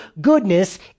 goodness